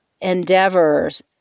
endeavors